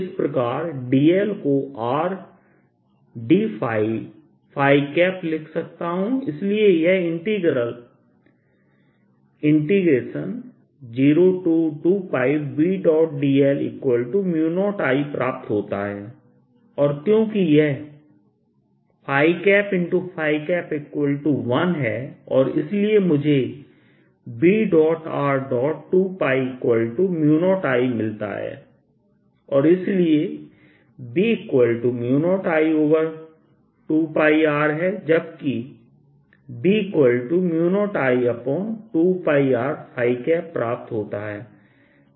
इसी प्रकार dl को Rd लिख सकता हूं इसलिए यह इंटीग्रल 02Bdl0Iप्राप्त होता है और क्योंकि यह 1 है और इसलिए मुझे BR20Iमिलता है और इसलिए B0I2πR है जबकि B0I2πR प्राप्त होता है